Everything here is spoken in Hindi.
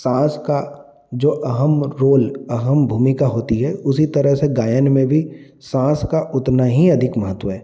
साँस का जो अहम रोल अहम भूमिका होती है उसी तरह से गायन में भी साँस का उतना ही अधिक महत्व है